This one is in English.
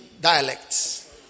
dialects